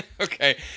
Okay